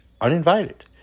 uninvited